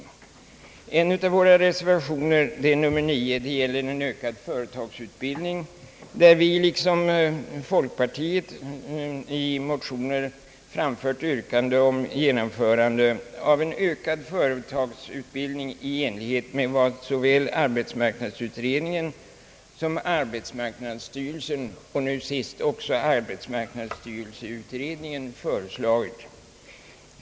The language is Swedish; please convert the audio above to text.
I en av våra reservationer, nämligen reservation nr 9, har vi liksom folkpartiet i en motion framfört yrkande om en ökad företagsutbildning i enlighet med vad såväl arbetsmarknadsutredningen som arbetsmarknadsstyrelsen och nu senast arbetsmarknadsstyrelseutredningen föreslagit.